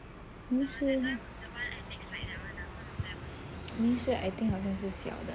ming shi ming shi I think 好像是小的